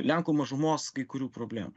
lenkų mažumos kai kurių problemų